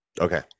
okay